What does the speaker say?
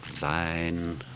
thine